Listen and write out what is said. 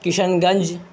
Kishan Ganj